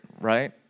right